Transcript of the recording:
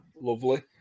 Lovely